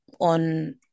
on